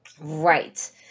Right